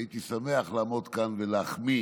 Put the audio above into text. הייתי שמח לעמוד כאן ולהחמיא